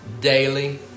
Daily